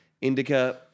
Indica